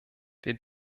wir